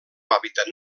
hàbitat